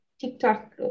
TikTok